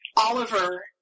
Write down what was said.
Oliver